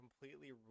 completely